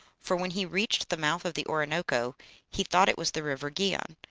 for when he reached the mouth of the orinoco he thought it was the river gihon,